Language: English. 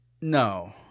no